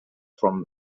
from